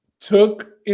took